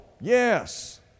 Yes